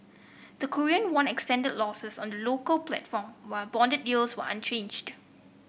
the Korean won extended losses on the local platform while bond yields were unchanged